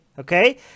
Okay